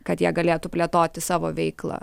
kad jie galėtų plėtoti savo veiklą